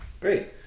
great